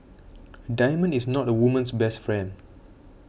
diamond is not a woman's best friend